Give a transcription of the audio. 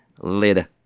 Later